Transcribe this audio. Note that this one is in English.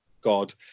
God